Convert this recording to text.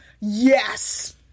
Yes